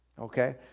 okay